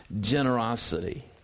Generosity